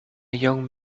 young